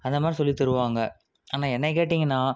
அந்தமாதிரி சொல்லி தருவாங்க ஆனால் என்னை கேட்டிங்கன்னால்